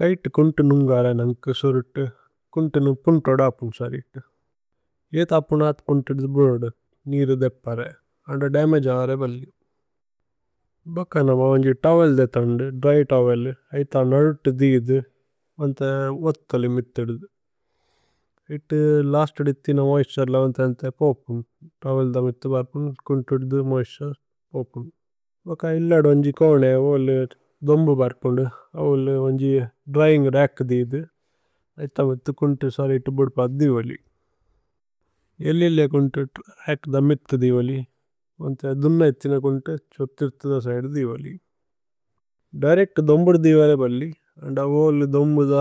കൈതേ കുന്തു നുമ്ഗര നന്ഗു സുരുതു കുന്തു നുമ്പുന്തു। ഓദപുമ് സരിതു ഏത അപുനത് കുന്തു ദുദു ബുരുദു നിരു। ദേപ്പരേ അന്ദു ദമഗേ അര ബല്ലി ഭക നമ വന്ജി। തോവേല് ദേ ഥന്ദു ദ്ര്യ് തോവേല് ഐഥ നലുതു ദിദു। വന്ഥേ ഓത്ഥോലി മിത്തിദു ഐഥു ലസ്തു। ദിത്ഥി ന മോഇസ്തുരേ ല വന്ഥേ അന്ഥേ പോപുമ് തോവേല്। ദ മിത്തു ബര്പുമ് കുന്തു ദുദു മോഇസ്തുരേ പോപുമ് ഭക। ഇല്ലദു വന്ജി കോനേ അവോലേ ദോമ്ബു ബര്പുമ് അവോലേ വന്ജി। ദ്ര്യിന്ഗ് രച്ക് ദിദു ഐഥ മിത്തു കുന്തു സരിതു ബുരുപദു। ദിവലി ഏല്ലിലേ കുന്തു രച്ക് ദമിത്തു ദിവലി വന്ഥേ ദുന। ഇതിന കുന്തു ഛുതിരുതു ദ സൈരു ദിവലി ദിരേച്ത്। ദോമ്ബുദു ദിവരേ ബല്ലി അന്ദു അവോലേ ദോമ്ബു ദ